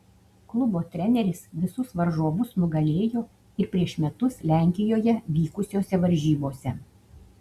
klubo treneris visus varžovus nugalėjo ir prieš metus lenkijoje vykusiose varžybose